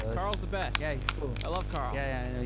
karl's the best yeah, he's cool i love karl yeah,